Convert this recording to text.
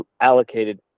allocated